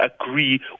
agree